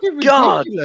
God